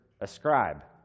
ascribe